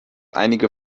einige